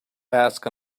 ask